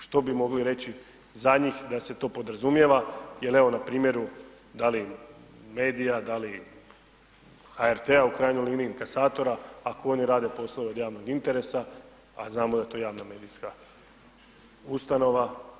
Što bi mogli reći za njih da se to podrazumijeva jer evo, na primjeru da li medija, da li HRT-a u krajnjoj liniji, inkasatora, ako oni rade posao od javnog interesa, a znamo da je to javna medijska ustanova.